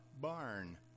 barn